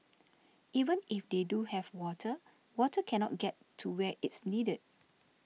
even if they do have water water cannot get to where it's needed